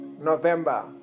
November